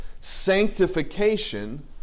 sanctification